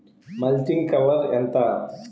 Mulching cover ఎంత?